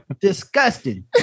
Disgusting